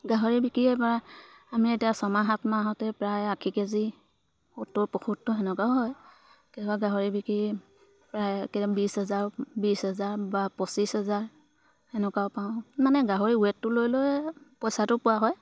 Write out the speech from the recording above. গাহৰি বিকিয়ে প্ৰায় আমি এতিয়া ছমাহ সাত মাহতে প্ৰায় আশী কেজি সত্তৰ পয়সত্তৰ তেনেকুৱাও হয় কেতিয়াবা গাহৰি বিক্ৰী প্ৰায় কেতিয়াবা বিছ হাজাৰ বিছ হেজাৰ বা পঁচিছ হেজাৰ তেনেকুৱাও পাওঁ মানে গাহৰি ৱেটটো লৈ লৈ পইচাটো পোৱা হয়